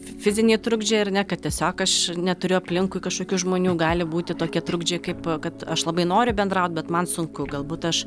fiziniai trukdžiai ar ne kad tiesiog aš neturiu aplinkui kažkokių žmonių gali būti tokie trukdžiai kaip kad aš labai noriu bendraut bet man sunku galbūt aš